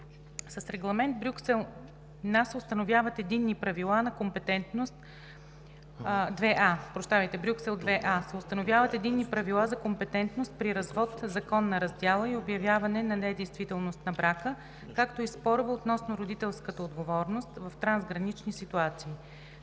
С Регламент Брюксел IIа се установяват единни правила за компетентност при развод, законна раздяла и обявяване на недействителност на брака, както и спорове относно родителската отговорност в трансгранични ситуации.